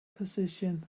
position